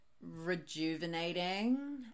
rejuvenating